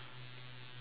oh so